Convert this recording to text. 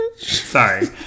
sorry